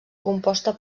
composta